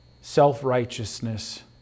self-righteousness